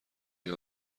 این